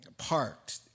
Parked